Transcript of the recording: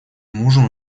мужем